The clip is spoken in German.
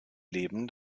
leben